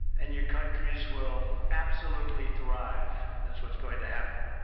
and your countries will absolutely thrive. that's what's going to happen,